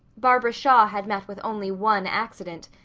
barbara shaw had met with only one accident.